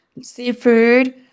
seafood